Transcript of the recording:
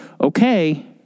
okay